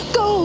go